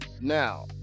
Now